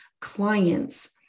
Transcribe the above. clients